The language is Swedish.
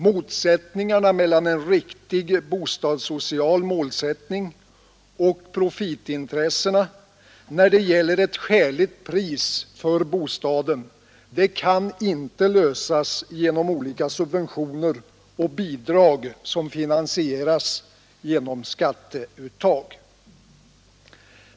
Motsättningarna mellan en riktig bostadssocial målsättning och profitintressena när det gäller ett skäligt pris för bostaden kan inte lösas genom olika subventioner och bidrag som finansieras genom skatteuttag.